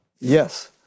Yes